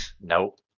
Nope